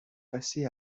passé